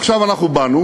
ועכשיו אנחנו באנו